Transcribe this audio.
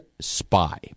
spy